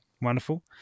Wonderful